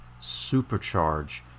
supercharge